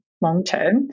long-term